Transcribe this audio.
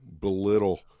belittle